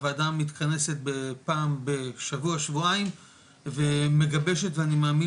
הוועדה מתכנסת פעם בשבוע-שבועיים ומגבשת ואני מאמין